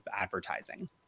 advertising